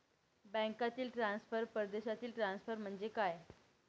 बँकांतील ट्रान्सफर, परदेशातील ट्रान्सफर म्हणजे काय?